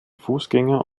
fußgänger